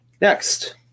Next